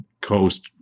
coast